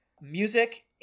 music